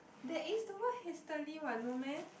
there is the word hastily what no meh